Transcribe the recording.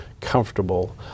comfortable